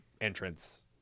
entrance